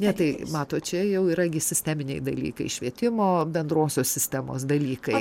ne tai matot čia jau yra gi sisteminiai dalykai švietimo bendrosios sistemos dalykai